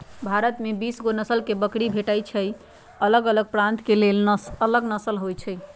भारत में बीसगो नसल के बकरी भेटइ छइ अलग प्रान्त के लेल अलग नसल होइ छइ